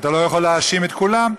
ואתה לא יכול להאשים את כולם,